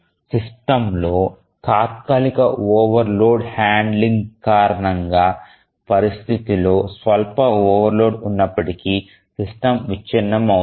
సిస్టమ్లో తాత్కాలిక overload handling కారణంగా పరిస్థితిలో స్వల్ప ఓవర్లోడ్ ఉన్నప్పటికీ సిస్టమ్ విచ్ఛిన్నమవుతుంది